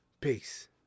Peace